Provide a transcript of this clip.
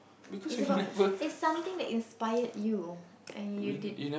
it's about it's something that inspired you and you did